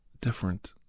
different